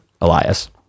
Elias